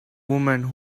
woman